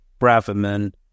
Braverman